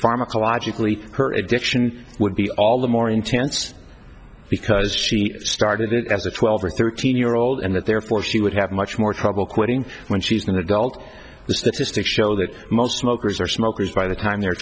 pharmacologically her addiction would be all the more intense because she started it as a twelve or thirteen year old and that therefore she would have much more trouble quitting when she's an adult the statistics show that most smokers are smokers by the time they're